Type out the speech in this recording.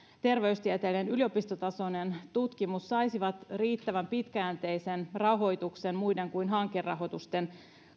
terveystieteiden yliopistotasoinen tutkimus saisivat riittävän pitkäjänteisen rahoituksen muiden kuin hankerahoitusten